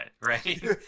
right